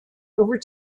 over